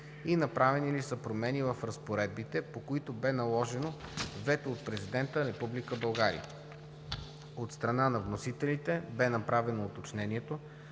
и направени ли са промени в разпоредбите, по които бе наложено вето от Президента на Република България. От страна на вносителите бе направено уточнението,